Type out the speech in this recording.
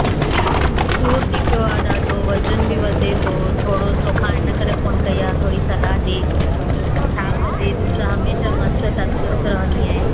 सूरु थी पियो आहे ॾाढो वजनि बि वधे थो थोरो तोखां हिन करे फोन कई आहे थोरी सलाहु ॾे छा कॼे तू त हमेशह मस्तु तंदुरस्तु रहंदी आहीं